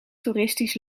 toeristisch